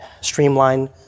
streamline